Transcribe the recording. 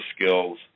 skills